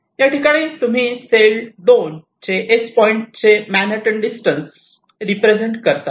याठिकाणी तुम्ही सेल 2 चे पॉईंट S पासूनचे मॅनहॅटन डिस्टन्स रिप्रेझेंट करतात